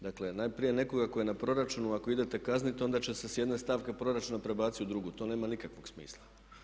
Dakle, najprije nekoga tko je na proračunu ako idete kaznit onda će se s jedne stavke proračun prebacit na drugu, to nema nikakvog smisla.